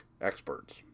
experts